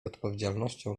odpowiedzialnością